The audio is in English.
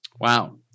wow